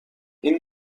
این